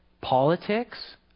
Politics